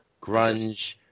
grunge